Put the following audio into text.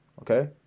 Okay